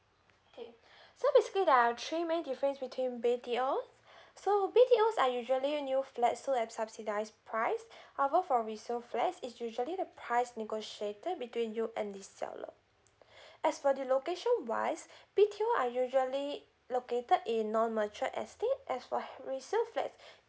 okay so basically there are three main difference between B_T_O so B_T_Os are usually new flat sold at subsidised price however for resale flats is usually the price negotiated between you and the seller as for the location wise B_T_O are usually located in non mature estate as for resale flats